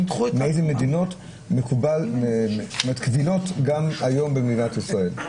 מאיזה מדינות קבילות גם היום במדינת ישראל,